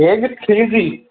সেই যে three G